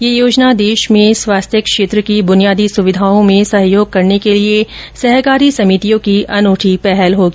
यह योजना देश में स्वास्थ्य क्षेत्र की बुनियादी सुविधाओं में सहयोग ँ करने के लिए सहकारी समितियों की अनूठी पहल होगी